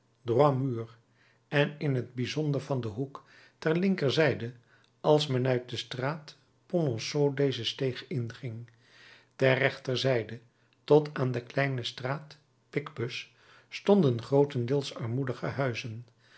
droit mur en in t bijzonder van den hoek ter linkerzijde als men uit de straat polonceau deze steeg inging ter rechterzijde tot aan de kleine straat picpus stonden grootendeels armoedige huizen